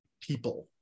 people